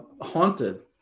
haunted